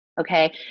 Okay